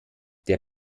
der